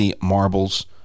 marbles